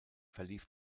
verlief